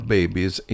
Babies